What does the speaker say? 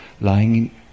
lying